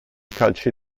calci